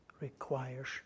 requires